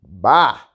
Bye